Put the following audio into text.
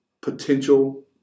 potential